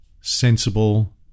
sensible